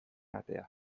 atea